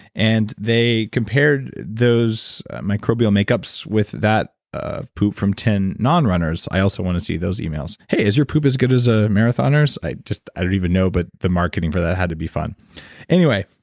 and they compared those microbial makeups with that of poop from ten non-runners. i also want to see those emails, hey, is your poop as good as a marathoner's? i just i don't even know but the marketing for that had to be fun anyway,